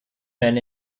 men